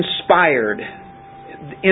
Inspired